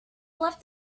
left